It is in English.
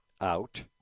out